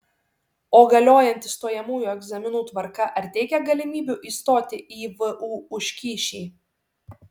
o galiojanti stojamųjų egzaminų tvarka ar teikia galimybių įstoti į vu už kyšį